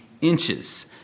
inches